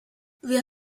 wir